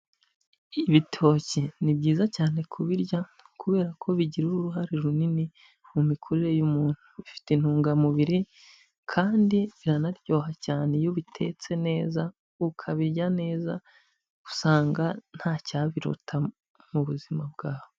Ibitoki ni byiza cyane kubirya kubera ko bigira uruhare runini mu mikurire y'umuntu, bifite intungamubiri kandi biranaryoha cyane iyo ubi bitetse neza, ukabirya neza, usanga ntacyabiruta mu buzima bwawe.